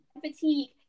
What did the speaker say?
fatigue